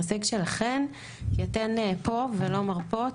הוא הישג שלכן כי אתן פה ולא מרפות,